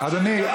אדוני,